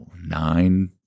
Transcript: nine